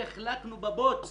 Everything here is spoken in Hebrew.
החלקנו בבוץ